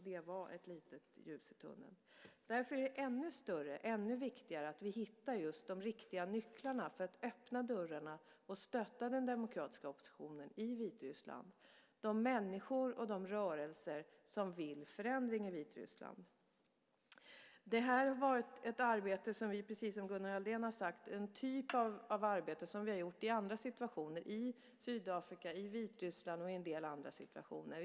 Det var ett litet ljus i tunneln. Därför är det ännu viktigare att vi hittar just de riktiga nycklarna för att öppna dörrarna och stötta den demokratiska oppositionen i Vitryssland, de människor och de rörelser som vill förändring i Vitryssland. Precis som Gunnar Andrén säger är detta en typ av arbete som vi har gjort i andra situationer - i Sydafrika, i Vitryssland och i en del andra situationer.